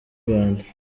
rwanda